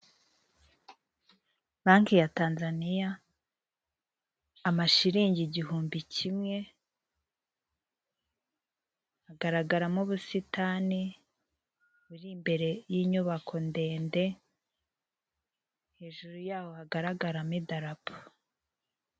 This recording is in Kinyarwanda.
Banki ya Tanzaniya, amashingi igihumbi kimwe, hagaragaramo ubusitani buri imbere y'inyubako ndende, hejuru yaho hagaragaramo idarapo.